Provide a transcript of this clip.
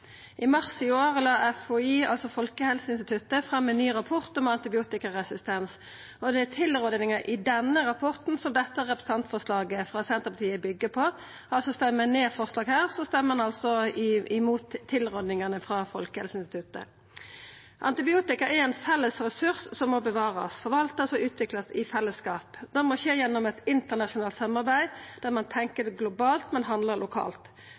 I mars i år la Folkehelseinstituttet fram ein ny rapport om antibiotikaresistens, og det er tilrådinga i denne rapporten dette representantforslaget frå Senterpartiet byggjer på. Stemmer ein ned forslag her, stemmer ein altså mot tilrådingane frå Folkehelseinstituttet. Antibiotika er ein felles ressurs som må bevarast, forvaltast og utviklast i fellesskap. Det må skje gjennom eit internasjonalt samarbeid der ein tenkjer globalt, men handlar lokalt.